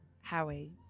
Howie